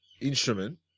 instrument